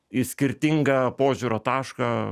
į skirtingą požiūrio tašką